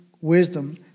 wisdom